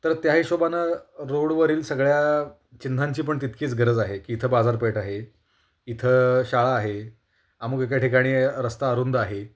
तर त्या हिशोबानं रोडवरील सगळ्या चिन्हांची पण तितकीच गरज आहे की इथं बाजारपेठ आहे इथं शाळा आहे अमूक एका ठिकाणी रस्ता अरुंद आहे